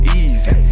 easy